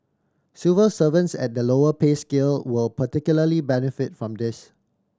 civil servants at the lower pay scale will particularly benefit from this